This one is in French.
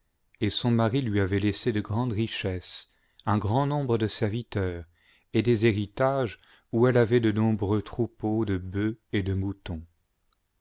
et son mari lui avait laissé de grandes richesses un grand nombre de serviteurs et des héritages où elle avait de nombreux troupeaux de bœufs et de moutons